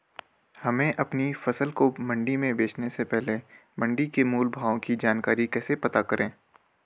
हमें अपनी फसल को मंडी में बेचने से पहले मंडी के मोल भाव की जानकारी कैसे पता करें?